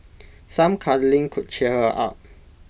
some cuddling could cheer her up